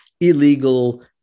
illegal